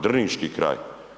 Drniški kraj.